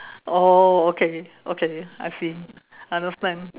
oh okay okay I see understand